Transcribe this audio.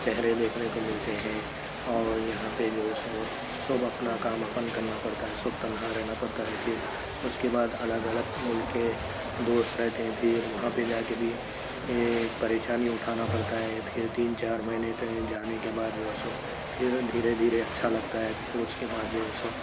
چہرے دیکھنے کو مِلتے ہیں اور یہاں پہ جو ہے سو سب اپنا کام اپن کرنا پڑتا ہے سب تنہا رہنا پڑتا ہے پھر اُس کے بعد الگ الگ مُلک کے دوست رہتے ہیں پھر وہاں پہ جا کے بھی پریشانی اُٹھانا پڑتا ہے پھر تین چار مہینے تک جانے کے بعد جو ہے سو پھر دھیرے دھیرے اچھا لگتا ہے پھر اُس کے بعد جو ہے سو